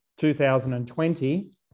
2020